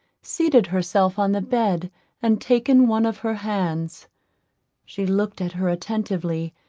seated herself on the bed and taken one of her hands she looked at her attentively,